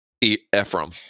Ephraim